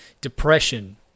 depression